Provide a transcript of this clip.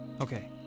Okay